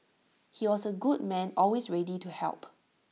he was A good man always ready to help